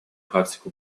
практику